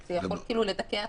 זה יכול לדכא הצבעה.